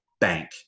bank